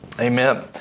Amen